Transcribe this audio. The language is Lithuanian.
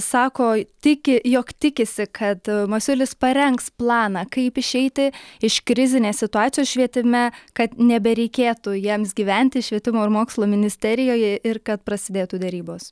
sako tiki jog tikisi kad masiulis parengs planą kaip išeiti iš krizinės situacijos švietime kad nebereikėtų jiems gyventi švietimo ir mokslo ministerijoje ir kad prasidėtų derybos